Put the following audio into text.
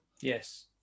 Yes